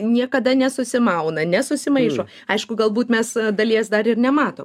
niekada nesusimauna nesusimaišo aišku galbūt mes dalies dar ir nemato